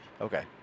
Okay